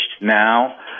now